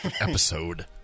episode